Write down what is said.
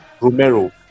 Romero